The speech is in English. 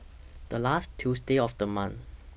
The last Tuesday of The month